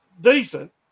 decent